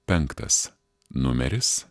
penktas numeris